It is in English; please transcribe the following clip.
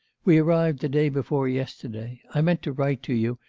we arrived the day before yesterday. i meant to write to you,